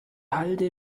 halde